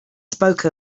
spoke